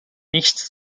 nichts